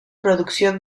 producción